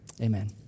amen